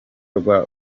rwa